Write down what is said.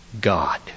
God